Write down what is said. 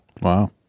Wow